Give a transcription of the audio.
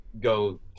go